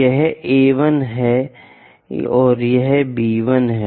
यह A1 है और बी 1 यह है